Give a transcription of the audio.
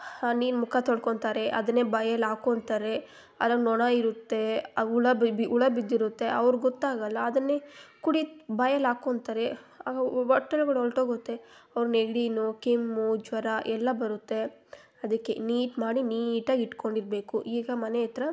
ಆ ನೀರು ಮುಖ ತೊಳ್ಕೊತಾರೆ ಅದನ್ನೇ ಬಾಯಲ್ಲಿ ಹಾಕೊತಾರೆ ಅದ್ರಗೆ ನೊಣ ಇರುತ್ತೆ ಆ ಹುಳ ಬಿ ಬಿ ಹುಳ ಬಿದ್ದಿರುತ್ತೆ ಅವ್ರಿಗೆ ಗೊತ್ತಾಗಲ್ಲ ಅದನ್ನೇ ಕುಡಿ ಬಾಯಲ್ಲಿ ಹಾಕೊತಾರೆ ಆಗ ಹೊಟ್ಟೆ ಒಳಗಡೆ ಒಲ್ಟೋಗುತ್ತೆ ಅವ್ರಿಗೆ ನೆಗಡಿನೊ ಕೆಮ್ಮು ಜ್ವರ ಎಲ್ಲ ಬರುತ್ತೆ ಅದಕ್ಕೆ ನೀಟ್ ಮಾಡಿ ನೀಟಾಗಿ ಇಟ್ಕೊಂಡಿರಬೇಕು ಈಗ ಮನೆಯಹತ್ರ